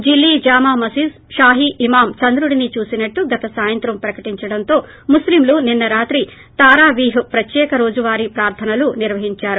ఢిల్లీ జామా మసీద్ షాహి ఇమామ్ చంద్రుడిని చూసినట్లు గత సాయంత్రం ప్రకటించడంతో ముస్లింలు నిన్సరాత్రి తారావీహ్ ప్రత్యేక రోజువారీ ప్రార్ధనలు నిర్వహిందారు